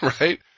right